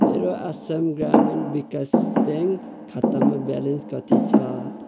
मेरो आसाम ग्रामीण विकास ब्याङ्क खातामा ब्यालेन्स कति छ